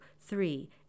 three